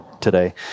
today